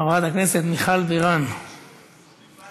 חברת הכנסת מיכל בירן, בבקשה.